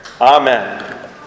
Amen